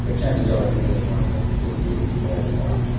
ah chances are if you're doing one, you'll you'll do more than one.